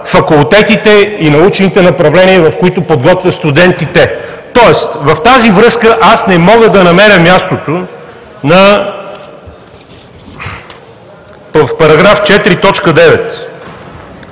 факултетите и научните направления, в които подготвя студентите. Тоест в тази връзка аз не мога да намеря мястото в § 4, на т.